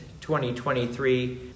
2023